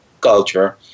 culture